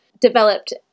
developed